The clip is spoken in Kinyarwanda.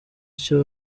icyo